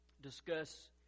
discuss